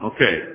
Okay